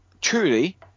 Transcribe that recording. truly